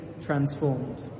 transformed